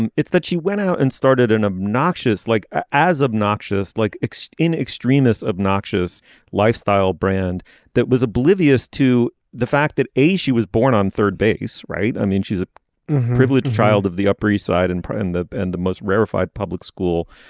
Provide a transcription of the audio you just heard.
and it's that she went out and started an ah obnoxious like as obnoxious like in extreme this obnoxious lifestyle brand that was oblivious to the fact that a she was born on third base. right. i mean she's a privileged child of the upper east side and in the end the most rarefied public school